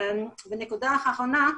ונקודה אחרונה,